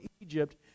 Egypt